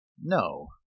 No